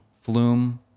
Flume